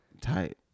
Tight